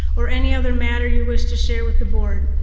or any other matter you wish to share with the board.